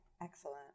excellent